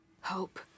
Hope